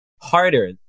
harder